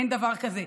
ואין דבר כזה.